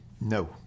No